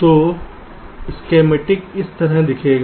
तो स्कीमेटिक इस तरह दिखेगा